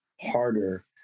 harder